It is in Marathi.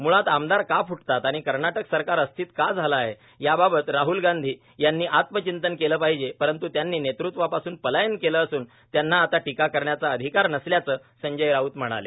मुळात आमदार का फुटतात आणि कर्नाटक सरकार अस्थिर का आहे याबाबत राहल गांधी यांनी आत्मचिंतन केले पाहिजे परन्त् त्यांनी नेतृत्वापासून पलायन केले असून त्यांना आता टीका करण्याचा अधिकार नसल्याच संजय राऊत म्हणाले